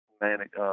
manic